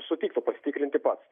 sutiktų pasitikrinti pats